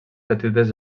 petites